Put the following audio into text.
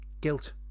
guilt